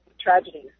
tragedies